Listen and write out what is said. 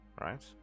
right